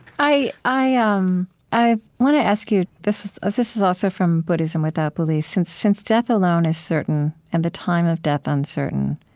i i ah um want to ask you this ah this is also from buddhism without beliefs since since death alone is certain, and the time of death uncertain,